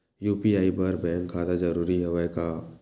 UPI बर bank खाता जरूरी हवय का?